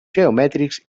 geomètrics